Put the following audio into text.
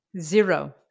Zero